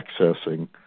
accessing